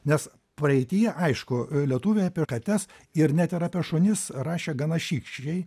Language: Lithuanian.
nes praeityje aišku lietuviai apie kates ir net ir apie šunis rašė gana šykščiai